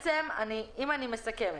אם אני מסכמת,